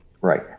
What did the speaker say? Right